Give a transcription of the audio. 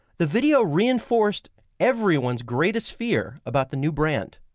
the video reinforced everyone's greatest fear about the new brand